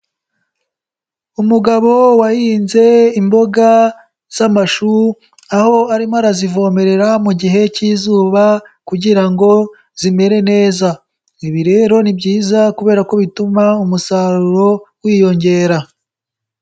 Umugabo wahinze imboga z'amashu, aho arimo arazivomerera mu gihe cy'izuba kugira ngo zimere neza. Ibi rero ni byiza kubera ko bituma umusaruro wiyongera.